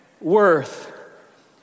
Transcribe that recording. worth